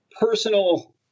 personal